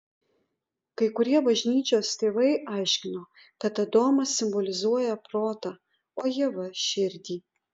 kai kurie bažnyčios tėvai aiškino kad adomas simbolizuoja protą o ieva širdį